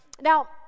Now